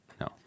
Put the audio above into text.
No